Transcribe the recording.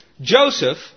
Joseph